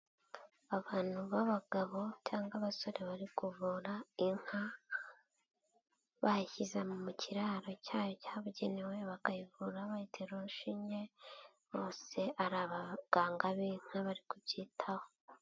Abantu b'abagabo cyangwa abasore bari kuvura inka, bayishyize mu kiraro cyayo cyabugenewe bakayivu bayiterushinye, bose ari abaganga b'inka bari kubyitaho.